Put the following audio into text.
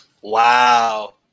wow